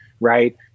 right